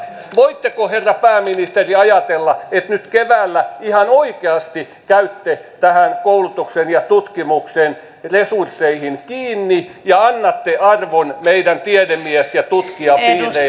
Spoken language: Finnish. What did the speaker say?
voitteko herra pääministeri ajatella että nyt keväällä ihan oikeasti käytte koulutuksen ja tutkimuksen resursseihin kiinni ja annatte arvon meidän tiedemies ja